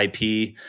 IP